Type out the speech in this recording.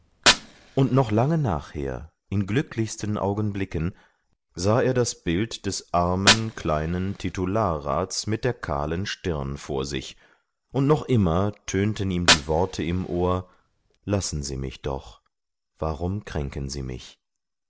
und noch lange nachher in glücklichsten augenblicken sah er das bild des armen kleinen titularrats mit der kahlen stirn vor sich und noch immer tönten ihm die worte im ohr lassen sie mich doch warum kränken sie mich